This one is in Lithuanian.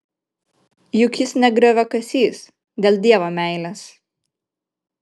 juk jis ne grioviakasys dėl dievo meilės